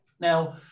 Now